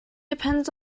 depends